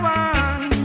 one